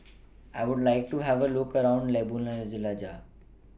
I Would like to Have A Look around Ljubljana